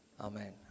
Amen